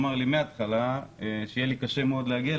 אמר לי מן ההתחלה שיהיה לי קשה מאוד להגיע לכאן.